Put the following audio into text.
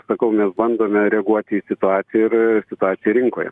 sakau mes bandome reaguoti į situaciją ir situaciją rinkoje